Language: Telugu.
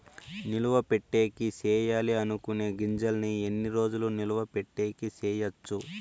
నిలువ పెట్టేకి సేయాలి అనుకునే గింజల్ని ఎన్ని రోజులు నిలువ పెట్టేకి చేయొచ్చు